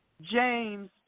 James